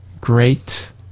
great